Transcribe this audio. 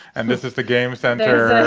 and this is the game center.